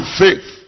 faith